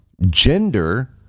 Gender